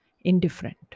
indifferent